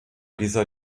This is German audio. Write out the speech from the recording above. dieser